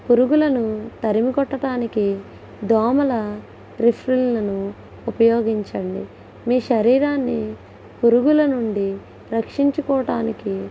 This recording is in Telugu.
పురుగులను తరిమి కొట్టడానికి దోమల ప్రీఫిళ్ళను ఉపయోగించండి మీ శరీరాన్ని పురుగుల నుండి రక్షించుకోవడానికి